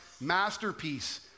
masterpiece